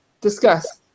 Discuss